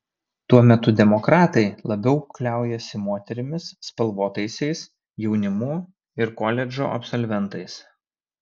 tuo metu demokratai labiau kliaujasi moterimis spalvotaisiais jaunimu ir koledžų absolventais